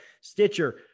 Stitcher